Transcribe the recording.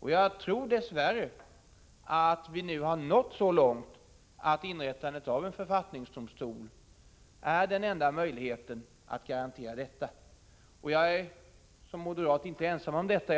Jag tror dess värre att vi nu har nått så långt att inrättandet av en författnings domstol är den enda möjligheten att garantera detta. Jag är inte ensam om denna uppfattning.